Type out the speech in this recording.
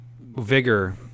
Vigor